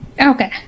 Okay